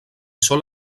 sol